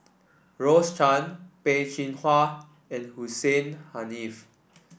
Rose Chan Peh Chin Hua and Hussein Haniff